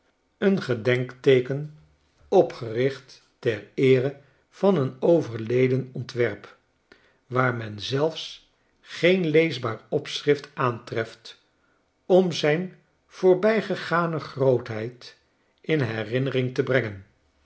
een gedenkteeken opgericht ter eere van een overleden ontwerp waar men zelfs geen leesbaar opschrift aantreft om zijn voorbijgegane grootheid in herinnering te brengen